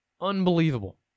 Unbelievable